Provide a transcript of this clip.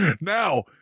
Now